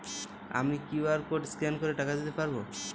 আমি QR code scan করে টাকা দিতে পারবো?